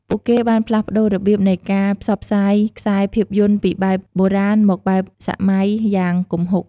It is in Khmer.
ពូកគេបានផ្លាស់ប្ដូររបៀបនៃការផ្សព្វផ្សាយខ្សែភាពយន្តពីបែបបុរាណមកបែបសម័យយ៉ាងគំហុគ។